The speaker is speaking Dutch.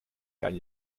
kan